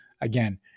Again